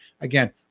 Again